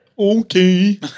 Okay